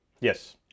Yes